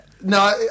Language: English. No